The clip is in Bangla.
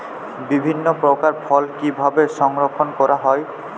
বিভিন্ন প্রকার ফল কিভাবে সংরক্ষণ করা হয়?